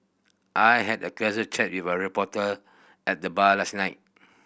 I had a casual chat with a reporter at the bar last night